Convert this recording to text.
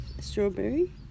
Strawberry